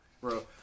Bro